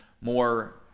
more